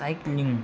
cycling